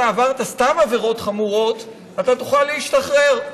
עברת סתם עבירות חמורות אתה תוכל להשתחרר,